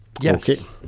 Yes